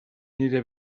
nire